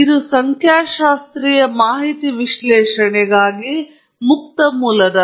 ಇದು ಸಂಖ್ಯಾಶಾಸ್ತ್ರೀಯ ಮಾಹಿತಿ ವಿಶ್ಲೇಷಣೆಗಾಗಿ ಮುಕ್ತ ಮೂಲದ ಉಚಿತ ಸಾಫ್ಟ್ವೇರ್ ಆಗಿದೆ